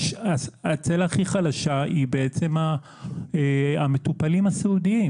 הצלע הכי חלשה היא למעשה המטופלים הסיעודיים.